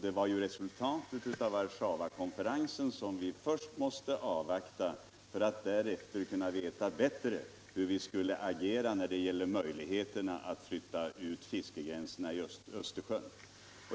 Det var resultatet av den konferensen som vi måste avvakta för att därefter veta hur vi skulle agera när det gällde möjligheterna att flytta ut fiskegränserna i Östersjön.